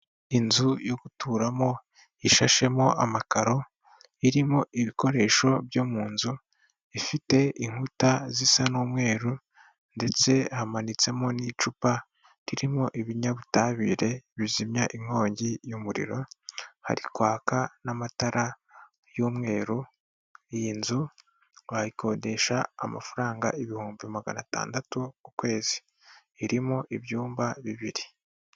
Inzu yo guturamo, ishashemo amakaro, irimo ibikoresho byo mu nzu, ifite inkuta zisa n'umweru ndetse hamanitsemo n'icupa ririmo ibinyabutabire bizimya inkongi y'umuriro, hari kwaka n'amatara y'umweru. Iyi nzu wayikodesha amafaranga ibihumbi magana atandatu ku kwezi, irimo ibyumba bibiri.